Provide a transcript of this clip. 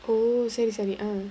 oo செரி செரி:seri seri